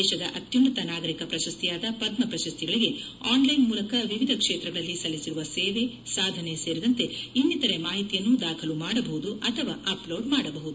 ದೇಶದ ಅತ್ಪುನ್ನತ ನಾಗರಿಕ ಪ್ರಶಸ್ತಿಯಾದ ಪದ್ನ ಪ್ರಶಸ್ತಿಗಳಿಗೆ ಆನ್ಲೈನ್ ಮೂಲಕ ವಿವಿಧ ಕ್ಷೇತ್ರಗಳಲ್ಲಿ ಸಲ್ಲಿಸಿರುವ ಸೇವೆ ಸಾಧನೆ ಸೇರಿದಂತೆ ಇನ್ನಿತರೆ ಮಾಹಿತಿಯನ್ನು ದಾಖಲು ಮಾಡಬಹುದು ಅಥವಾ ಅಪ್ಲೋಡ್ ಮಾಡಬಹುದು